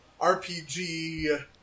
RPG